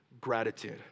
gratitude